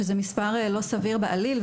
שזה מספר לא סביר בעליל,